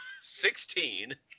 Sixteen